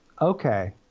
okay